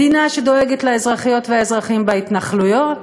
מדינה שדואגת לאזרחיות והאזרחים בהתנחלויות,